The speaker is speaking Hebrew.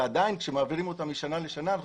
ועדיין כשמעבירים אותם משנה לשנה אנחנו